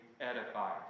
edify